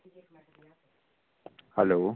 hello